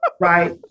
Right